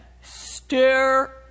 stir